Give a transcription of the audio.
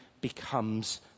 becomes